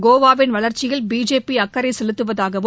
கோவாவின் வளர்ச்சியில் பிஜேபி அக்கறை செலுத்துவதாகவும்